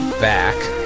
back